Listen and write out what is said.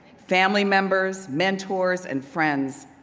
family members, mentors and friends,